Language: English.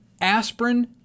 Aspirin